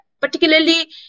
particularly